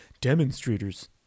Demonstrators